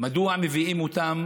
מדוע מביאים אותם